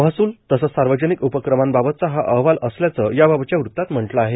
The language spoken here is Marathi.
महसूल तसंच सार्वजनिक उपक्रमांबाबतचा हा अहवाल असल्याचं याबाबतच्या वृत्तात म्हटलं आहे